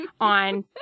on